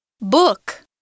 Book